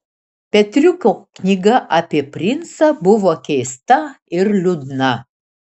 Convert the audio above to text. petriuko knyga apie princą buvo keista ir liūdna